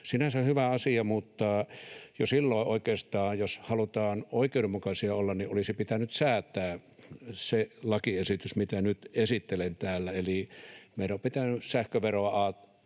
Sinänsä hyvä asia, mutta jo silloin oikeastaan, jos halutaan oikeudenmukaisia olla, olisi pitänyt säätää se lakiesitys, mitä nyt esittelen täällä, eli meidän olisi pitänyt sähköveroa alentaa